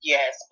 Yes